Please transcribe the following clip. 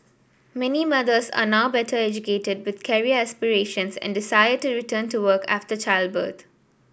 many mothers are now better educated with career aspirations and to return to work after childbirth